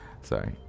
sorry